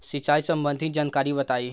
सिंचाई संबंधित जानकारी बताई?